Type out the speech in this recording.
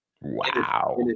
Wow